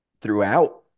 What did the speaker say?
throughout